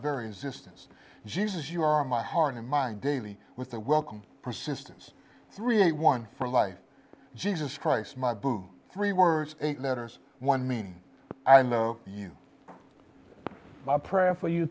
very existence jesus you are in my heart and mind daily with the welcome persistence three a one for life jesus christ my boo three words eight letters one mean i know you my prayer for you